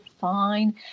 fine